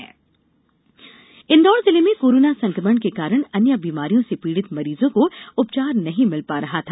fever clinic Indore जिले में corona संक्रमण के कारण अन्य बीमारियों से पीड़ित मरीजों को उपचार नहीं मिल पा रहा था